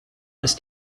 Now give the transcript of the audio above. ist